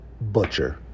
butcher